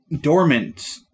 dormant